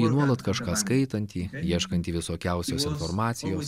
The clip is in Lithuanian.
ir nuolat kažką skaitantį ieškantį visokiausios informacijos